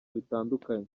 bitandukanye